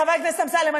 חבר הכנסת אמסלם,